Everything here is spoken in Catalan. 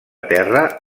terra